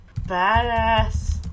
badass